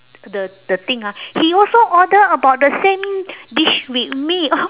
the the thing ah he also order about the same dish with me